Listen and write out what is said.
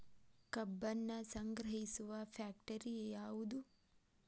ಕಬ್ಬನ್ನು ಸಂಗ್ರಹಿಸುವ ಫ್ಯಾಕ್ಟರಿ ಯಾವದು?